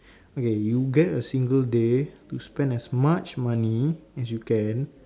okay you get a single day you spend as much money as you can